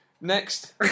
Next